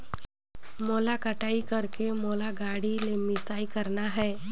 मोला कटाई करेके मोला गाड़ी ले मिसाई करना हे?